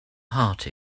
heart